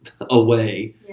away